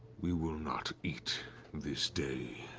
we will not eat this day